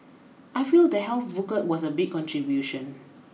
I feel the health booklet was a big contribution